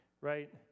right